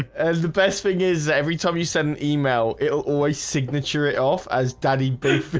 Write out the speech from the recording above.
as the best thing is every time you send an email it always signature it off as daddy, baby